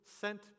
sent